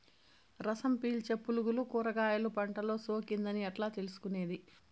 రసం పీల్చే పులుగులు కూరగాయలు పంటలో సోకింది అని ఎట్లా తెలుసుకునేది?